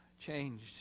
Changed